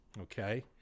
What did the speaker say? okay